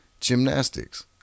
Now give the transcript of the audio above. Gymnastics